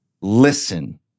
listen